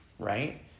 right